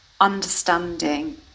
understanding